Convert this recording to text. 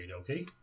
Okay